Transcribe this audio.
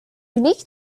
unique